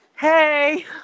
Hey